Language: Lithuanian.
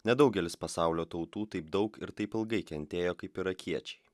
nedaugelis pasaulio tautų taip daug ir taip ilgai kentėjo kaip irakiečiai